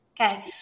okay